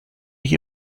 ich